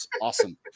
awesome